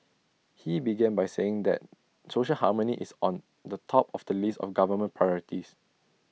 he began by saying that social harmony is on the top of the list of government priorities